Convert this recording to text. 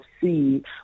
see